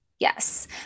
Yes